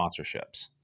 sponsorships